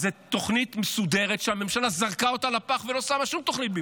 זו תוכנית מסודרת שהממשלה זרקה אותה לפח ולא שמה שום תוכנית במקום.